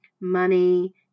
money